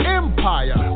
empire